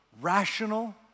rational